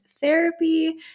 therapy